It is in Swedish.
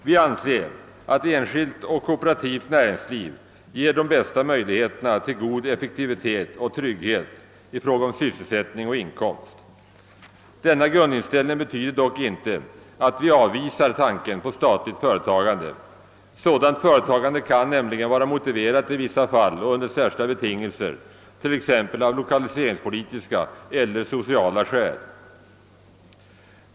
Vi anser att enskilt och kooperativt näringsliv ger de bästa möjligheterna till god effektivitet och trygghet i fråga om sysselsättning och inkomst. Denna grundinställning betyder dock inte att vi avvisar tanken på statligt företagande. Sådant företagande kan nämligen vara motiverat i vissa fall och under särskilda betingelser, t.ex. av lokaliseringspolitiska eller sociala skäl.